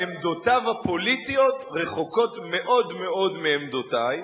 עמדותיו הפוליטיות רחוקות מאוד מאוד מעמדותי.